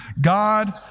God